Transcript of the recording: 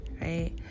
right